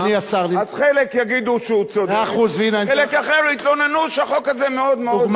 אז חלק יגידו שהוא צודק וחלק אחר יתלוננו שהחוק הזה מאוד-מאוד לא צודק.